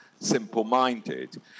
simple-minded